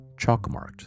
Chalkmarked